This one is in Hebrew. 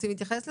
להתייחס לזה?